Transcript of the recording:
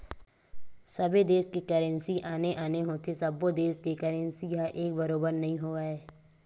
सबे देस के करेंसी आने आने होथे सब्बो देस के करेंसी ह एक बरोबर नइ होवय